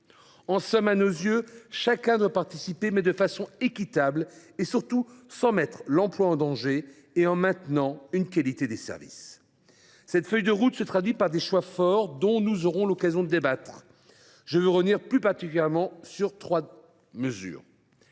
En somme, à nos yeux, chacun doit participer, mais de façon équitable et, surtout, en préservant l’emploi et la qualité des services. Cette feuille de route se traduit par des choix forts, dont nous aurons l’occasion de débattre. Je veux revenir plus particulièrement sur trois d’entre